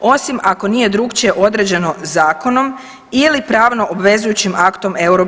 osim ako nije drukčije određeno zakonom ili pravno obvezujućim aktom EU.